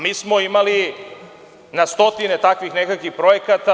Mi smo imali na stotine nekakvih takvih projekata.